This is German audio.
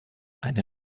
eine